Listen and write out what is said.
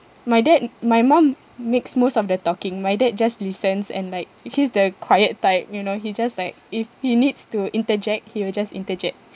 my dad my mum makes most of the talking my dad just listens and like he's the quiet type you know he just like if he needs to interject he will just interject